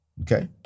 okay